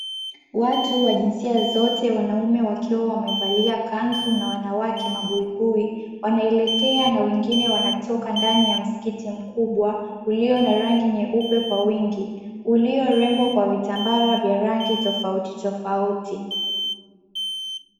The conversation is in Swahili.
Watu wa jinsia zote wanaume wakiwa wamevalia kanzu na wanawake mabuibui, wanaelekea na wengine wanatoka ndani ya msikiti mkubwa, uliyo na rangi nyeupe kwa wingi uliyorembwa kwa vitambara vya rangi tofauti tofauti.